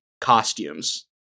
costumes